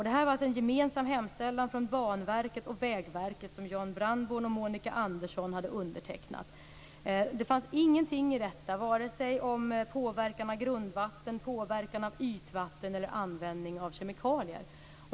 Det här var alltså en gemensam hemställan från Banverket och Vägverket, som Jan Brandborn och Monica Andersson hade undertecknat. Det fanns ingenting i detta om vare sig påverkan av grundvatten, påverkan av ytvatten eller användning av kemikalier.